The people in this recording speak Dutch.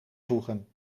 voegen